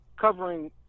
covering